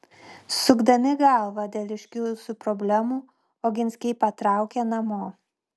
sukdami galvą dėl iškilusių problemų oginskiai patraukė namo